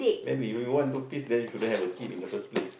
then if we want to peace then you shouldn't have a kid in the first place